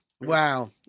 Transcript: Wow